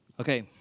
Okay